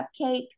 cupcake